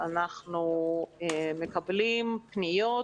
אנחנו מקבלים פניות